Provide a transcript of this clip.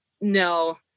no